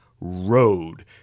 road